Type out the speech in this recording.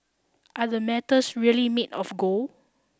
are the medals really made of gold